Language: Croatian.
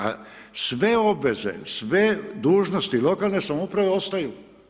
A sve obveze, sve dužnosti lokalne samouprave ostaju.